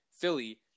Philly